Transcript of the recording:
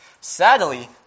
Sadly